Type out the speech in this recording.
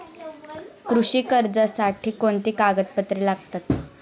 कृषी कर्जासाठी कोणती कागदपत्रे लागतात?